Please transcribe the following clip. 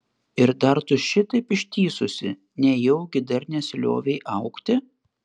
ir dar tu šitaip ištįsusi nejaugi dar nesiliovei augti